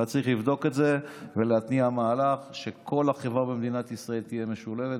אבל צריך לבדוק את זה ולהתניע מהלך שכל החברה בישראל תהיה משולבת,